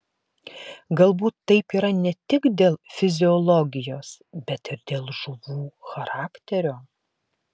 galbūt taip yra ne tik dėl fiziologijos bet ir dėl žuvų charakterio